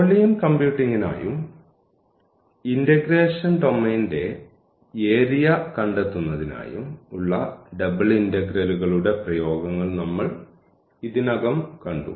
volume കമ്പ്യൂട്ടിംഗിനായും integration ഡൊമെയ്നിന്റെ area കണ്ടെത്തുന്നതിനായും ഉള്ള ഡബിൾ ഇന്റഗ്രലുകളുടെ പ്രയോഗങ്ങൾ നമ്മൾ ഇതിനകം കണ്ടു